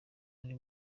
ari